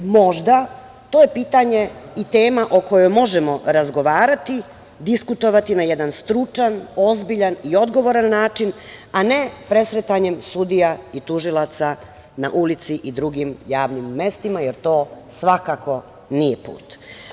Možda je to pitanje i tema o kojoj možemo razgovarati, diskutovati na jedan stručan, ozbiljan i odgovoran način, a ne presretanjem sudija i tužilaca na ulici u drugim javnim mestima, jer to svakako nije put.